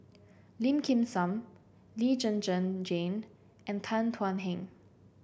Lim Kim San Lee Zhen Zhen Jane and Tan Thuan Heng